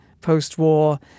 post-war